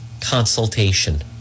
consultation